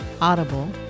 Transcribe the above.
Audible